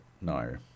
no